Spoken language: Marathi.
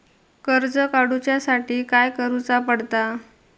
कर्ज काडूच्या साठी काय करुचा पडता?